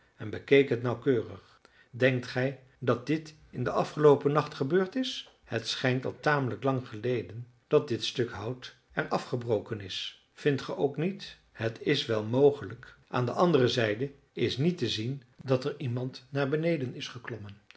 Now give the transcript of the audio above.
en bekeek het nauwkeurig denkt gij dat dit in den afgeloopen nacht gebeurd is het schijnt al tamelijk lang geleden dat dit stuk hout er afgebroken is vindt ge ook niet illustratie holmes bekeek het nauwkeurig het is wel mogelijk aan de andere zijde is niet te zien dat er iemand naar beneden is geklommen